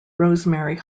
rosemary